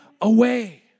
away